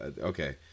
Okay